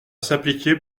s’appliquer